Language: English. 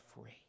free